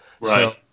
Right